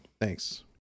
Thanks